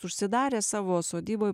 užsidarė savo sodyboj